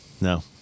No